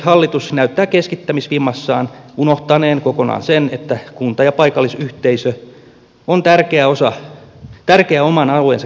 hallitus näyttää keskittämisvimmassaan unohtaneen kokonaan sen että kunta ja paikallisyhteisö on tärkeä oman alueensa kehittäjä